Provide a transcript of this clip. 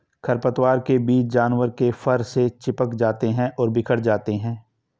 खरपतवार के बीज जानवर के फर से चिपक जाते हैं और बिखर जाते हैं